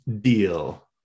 deal